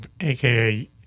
aka